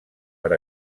per